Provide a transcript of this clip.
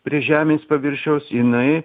prie žemės paviršiaus jinai